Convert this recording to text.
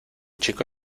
chico